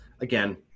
again